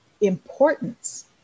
importance